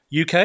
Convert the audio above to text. UK